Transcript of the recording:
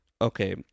Okay